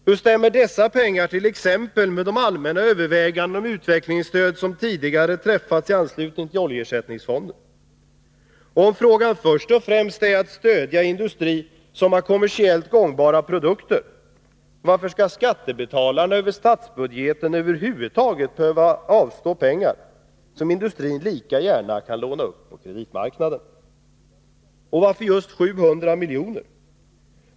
Hur stämmer dessa pengar t.ex. med de allmänna överväganden om utvecklingsstöd som tidigare förekommit i anslutning till oljeersättningsfonden? Och om frågan först och främst är att stödja industri som har kommersiellt gångbara produkter, varför skall skattebetalarna över statsbudgeten över huvud taget behöva avstå pengar som industrin lika gärna kan låna upp på kreditmarknaden? Och varför just 700 miljoner?